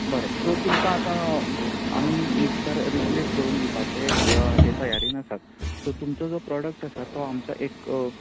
बरें सो तुमकां आतां आमी मिक्सर रिप्लेस करूंन दिवपाचे हाजे तयारेन आसात सो तुमचो जो प्रोडक्ट आसा तो आमचो एक